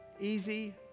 easy